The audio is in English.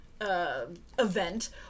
event